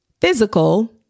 physical